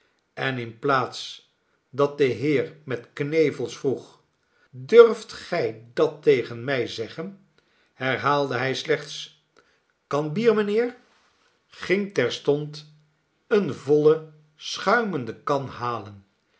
en in p'aats dat de heer met knevels vroeg durft gij dat tegen mij zeggen herhaalde hij slechts kan bier mijnheer ging terstond eene voile schuimende kan halen